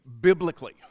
biblically